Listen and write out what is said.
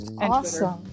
Awesome